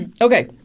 Okay